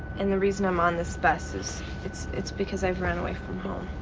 and the reason i'm on this bus is it's it's because i've run away from home.